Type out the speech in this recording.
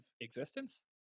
existence